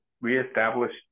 reestablish